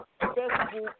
Facebook